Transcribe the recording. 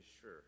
sure